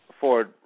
Ford